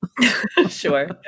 Sure